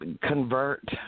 convert